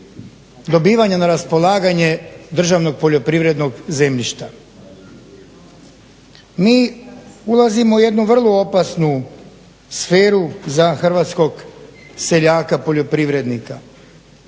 dobivanja na raspolaganje državnog poljoprivrednog zemljišta. Mi ulazimo u jednu vrlo opasnu sferu za hrvatskog seljaka, poljoprivrednika.